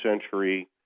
century